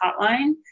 hotline